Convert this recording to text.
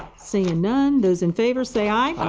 seeing none, those in favor say aye?